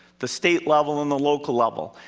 the state level and the local level.